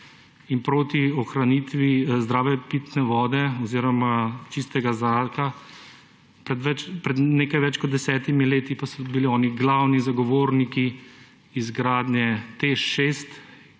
in proti ohranitvi zdrave pitne vode oziroma čistega zraka, pred nekaj več kot desetimi leti pa so bili oni glavni zagovorniki izgradnje TEŠ